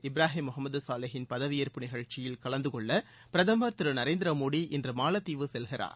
இப்ராகிம் முகமது சோலி யின் பதவியேற்பு நிகழ்ச்சியில் கலந்து கொள்ள பிரதமர் திரு நரேந்திர மோடி இன்று மாலத்தீவு செல்கிறார்